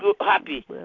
happy